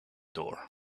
door